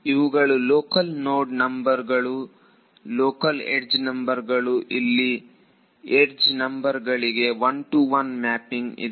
ಇವುಗಳು local node number ಗಳು local edge ನಂಬರ್ಗಳು ಇಲ್ಲಿ ಯಡ್ಜ್ ನಂಬರ್ ಗಳಿಗೆ 1 ಟು 1 ಮ್ಯಾಪಿಂಗ್ ಇದೆ